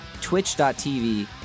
twitch.tv